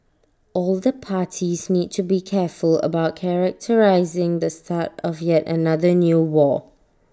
all the parties need to be careful about characterising the start of yet another new war